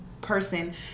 person